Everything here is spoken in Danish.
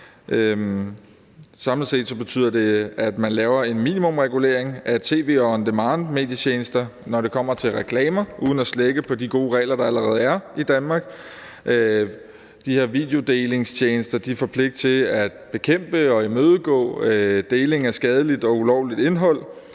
Samlet set betyder det, at man laver en minimumsregulering af tv on demand-medietjenester, når det kommer til reklamer, uden at slække på de gode regler, der allerede er i Danmark. De her videodelingstjenester får pligt til at bekæmpe og imødegå deling af skadeligt og ulovligt indhold.